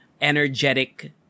energetic